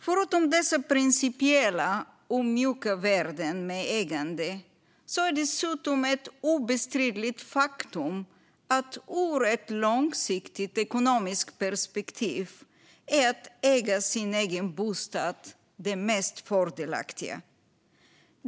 Förutom dessa principiella och mjuka värden när det gäller ägande är det ett obestridligt faktum att det ur ett långsiktigt ekonomiskt perspektiv är mest fördelaktigt att äga sin egen bostad.